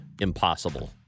impossible